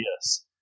Yes